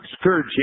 scourge